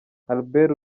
albert